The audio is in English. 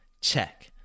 Check